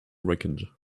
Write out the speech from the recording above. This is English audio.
wreckage